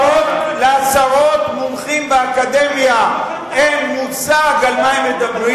לעשרות מומחים באקדמיה אין מושג על מה הם מדברים.